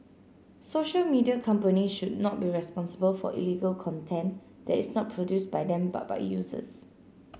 social media company should not be responsible for illegal content that is not produced by them but by users